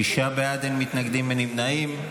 שישה בעד, אין מתנגדים, אין נמנעים.